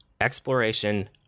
exploration